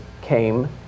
came